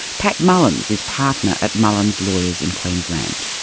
pat mullins is partner at mullins lawyers in queensland.